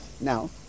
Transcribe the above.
Now